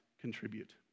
contribute